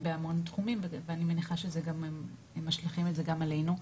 בהמון תחומים ואני מניחה שזה שהם משליכים את זה גם עלינו.